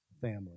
family